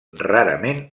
rarament